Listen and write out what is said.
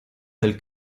del